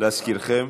להזכירכם,